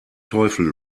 teufel